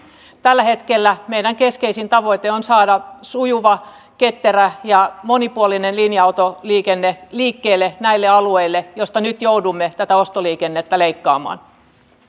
tällä hetkellä meidän keskeisin tavoitteemme on saada sujuva ketterä ja monipuolinen linja autoliikenne liikkeelle näille alueille joilta nyt joudumme tätä ostoliikennettä leikkaamaan